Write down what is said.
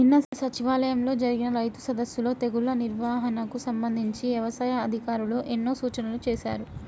నిన్న సచివాలయంలో జరిగిన రైతు సదస్సులో తెగుల్ల నిర్వహణకు సంబంధించి యవసాయ అధికారులు ఎన్నో సూచనలు చేశారు